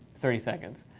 thirty seconds.